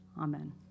Amen